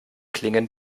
klingen